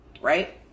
right